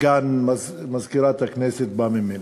שסגן מזכירת הכנסת בא ממנו.